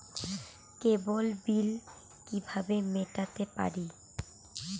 কেবল bill কিভাবে মেটাতে পারি?